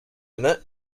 innit